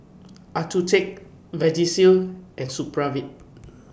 Accucheck Vagisil and Supravit